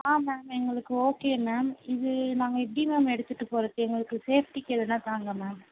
ஆ ma'am எங்களுக்கு okay ma'am இது நாங்கள் எப்படி மேம் எடுத்துகிட்டு போகறது எங்களுக்கு சேஃப்ட்டிக்கு எதனா தாங்க மேம்